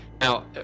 now